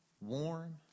warm